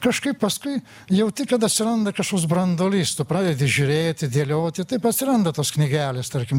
kažkaip paskui jauti kad atsiranda kažkoks branduolys tu pradedi žiūrėti dėlioti taip atsiranda tos knygelės tarkim